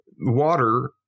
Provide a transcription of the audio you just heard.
water